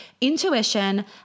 intuition